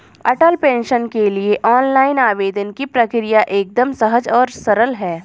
अटल pension के लिए online आवेदन की प्रक्रिया एकदम सहज और सरल है